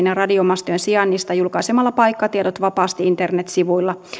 ja radiomastojen sijainnista julkaisemalla paikkatiedot vapaasti internetsivuilla